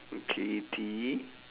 okay T